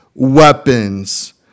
Weapons